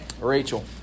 Rachel